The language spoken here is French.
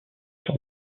sur